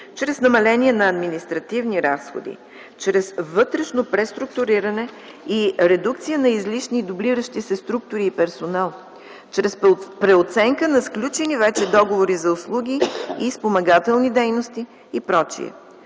чрез намаление на административни разходи, чрез вътрешно преструктуриране и редукция на излишни и дублиращи се структури и персонал, чрез преоценка на сключени вече договори за услуги и спомагателни дейности, и